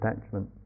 attachment